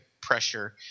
pressure